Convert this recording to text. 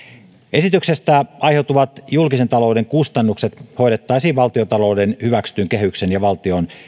esityksestä aiheutuvat julkisen talouden kustannukset hoidettaisiin valtiontalouden hyväksytyn kehyksen ja valtion